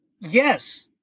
yes